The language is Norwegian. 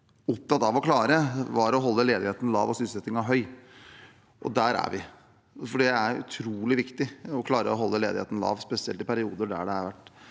opptatt av å klare, var å holde ledigheten lav og sysselsettingen høy. Der er vi. Det er utrolig viktig å klare å holde ledigheten lav, spesielt i perioder der det har vært